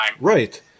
Right